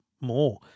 more